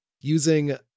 using